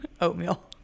Oatmeal